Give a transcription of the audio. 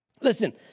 Listen